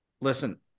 Listen